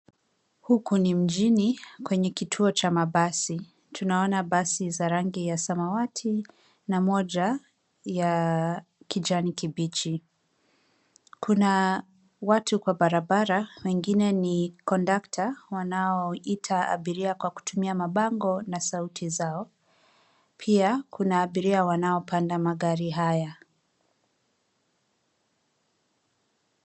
Huku ni mjini kwenye kituo cha mabasi. Tunaona basi za rangi ya samawati na moja ya kijani kibichi. Kuna watu kwa barabara; wengine ni kondakta wanaoita abiria kwa kutumia mabango na sauti zao, pia kuna abiria wanaopanda magari haya.